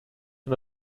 and